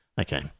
Okay